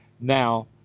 now